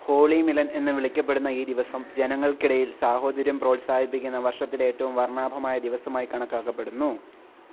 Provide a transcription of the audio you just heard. ഹോളീ മിലൻ എന്നു വിളിക്കപ്പെടുന്ന ഈ ദിവസം ജനങ്ങൾക്കിടയിൽ സാഹോദര്യം പ്രോത്സാഹിപ്പിക്കുന്ന വർഷത്തിലേറ്റവും വർണ്ണാഭമായ ദിവസമായി കണക്കാക്കപ്പെടുന്നു